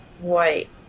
white